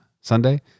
Sunday